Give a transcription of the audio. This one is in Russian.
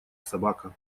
собака